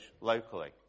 locally